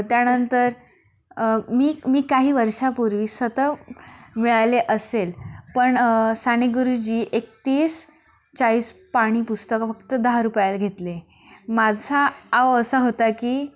त्यानंतर मी मी काही वर्षापूर्वी स्वतः मिळाले असेल पण साने गुरुजी एकतीस चाळीस पानी पुस्तकं फक्त दहा रुपयाला घेतले माझा आव असा होता की